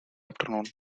afternoon